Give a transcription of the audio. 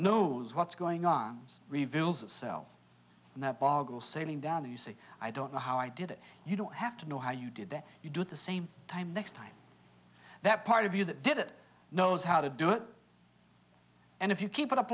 knows what's going on reveals itself and that boggle sailing down easy i don't know how i did it you don't have to know how you did that you do the same time next time that part of you that did it knows how to do it and if you keep it up